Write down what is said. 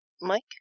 Mike